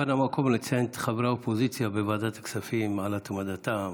כאן המקום לציין את חברי האופוזיציה בוועדת הכספים על התמדתם,